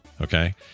Okay